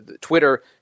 Twitter